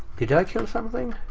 did i kill something?